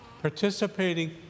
Participating